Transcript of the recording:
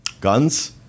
guns